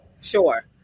Sure